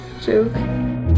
joke